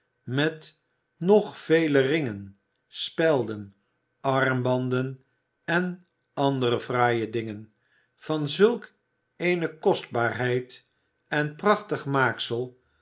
met nog vele ringen spelden armbanden en andere fraaie dingen van zulk eene kostbaarheid en prachtig maaksel